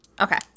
Okay